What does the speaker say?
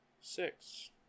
Six